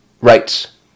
rights